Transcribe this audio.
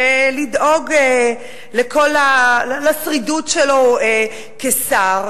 ולדאוג לשרידות שלו כשר.